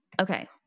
okay